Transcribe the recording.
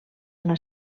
una